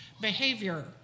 behavior